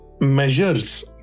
measures